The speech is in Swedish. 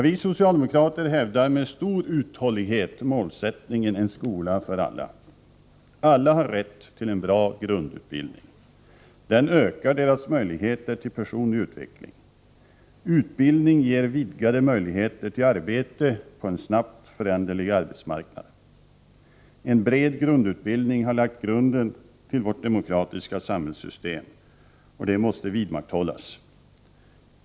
Vi socialdemokrater hävdar med stor uthållighet målsättningen en skola för alla. Alla har rätt till en bra grundutbildning. Den ökar deras möjligheter till personlig utveckling. Utbildning ger vidgade möjligheter till arbete på en snabbt föränderlig arbetsmarknad. En bred grundutbildning har lagt grunden till vårt demokratiska samhällssystem. Det måste vidmakthållas.